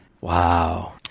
Wow